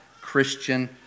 Christian